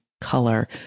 color